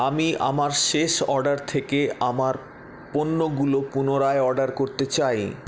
আমি আমার শেষ অর্ডার থেকে আমার পণ্যগুলো পুনরায় অর্ডার করতে চাই